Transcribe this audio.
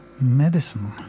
medicine